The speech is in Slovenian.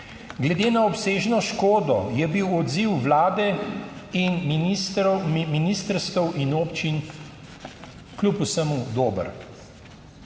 Glede na obsežno škodo, je bil odziv Vlade in ministrov, ministrstev in občin kljub vsemu dober.